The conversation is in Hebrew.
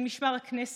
של משמר הכנסת,